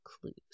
clues